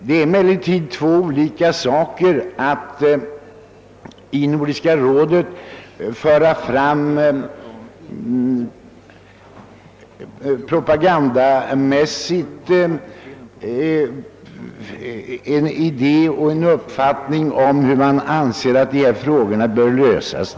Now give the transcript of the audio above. Det är emellertid en sak att i Nordiska rådet propagandamässigt föra fram en idé och en uppfattning om hur man anser att dessa frågor bör lösas.